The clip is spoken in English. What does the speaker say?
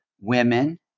women